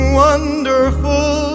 wonderful